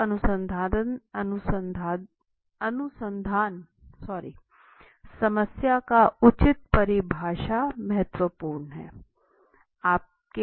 तो अनुसंधान समस्या का उचित परिभाषा महत्वपूर्ण है